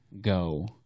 go